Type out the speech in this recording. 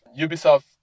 Ubisoft